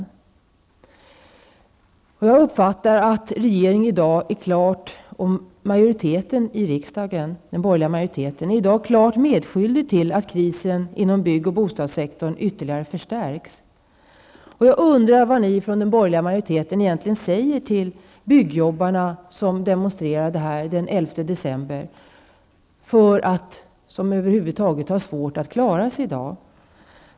Jag är av den uppfattningen att regeringen, och även den borgerliga majoriteten i riksdagen, i dag helt klart är medskyldiga till att krisen inom byggoch bostadssektorn ytterligare förstärks. Jag undrar vad ni i den borgerliga majoriteten egentligen har att säga till de byggjobbare som demonstrerade här den 11 december. För de här människorna är det svårt att över huvud taget klara sig i dag.